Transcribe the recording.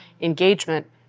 engagement